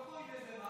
לא קוראים לזה מס,